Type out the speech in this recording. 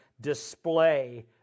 display